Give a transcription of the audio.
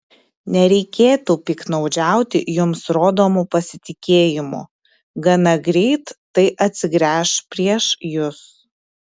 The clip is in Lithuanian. nereikėtų piktnaudžiauti jums rodomu pasitikėjimu gana greit tai atsigręš prieš jus